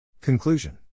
Conclusion